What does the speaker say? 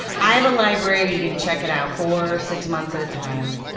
i have a library, you can check it out for six months at a time.